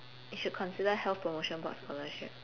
you should consider health promotion board scholarship